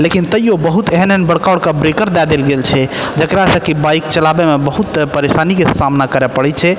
लेकिन तैयो बहुत एहन एहन बड़का बड़का ब्रेकर दऽ देल गेल छै जेकरा से कि बाइक चलाबैमे बहुत परेशानीके सामना करऽ पड़ै छै